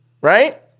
Right